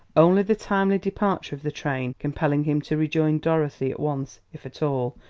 only the timely departure of the train, compelling him to rejoin dorothy at once, if at all,